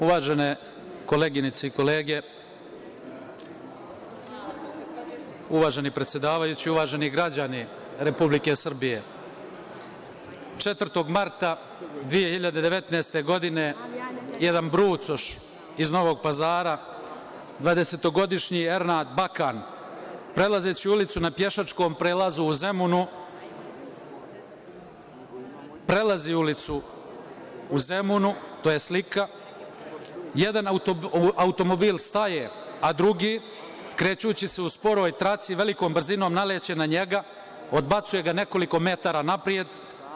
Uvažene koleginice i kolege, uvaženi predsedavajući, uvaženi građani Republike Srbije, 4. marta 2019. godine jedan brucoš iz Novog Pazara, dvadesetogodišnji Ernad Bakan, prelazeći ulicu na pešačkom prelazu u Zemunu, prelazi ulicu u Zemunu, to je slika, jedan automobil staje, a drugi, krećući se u sporoj traci, velikom brzinom naleće na njega, odbacuje ga nekoliko metara napred.